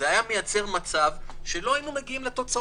והופכות את עצמן ירוקות מגיע להן לקבל תגמול.